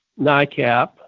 NICAP